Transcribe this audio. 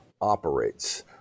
operates